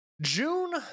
June